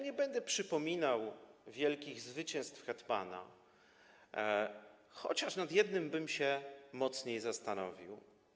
Nie będę przypominał wielkich zwycięstw hetmana, chociaż nad jednym bym się mocniej zastanowił.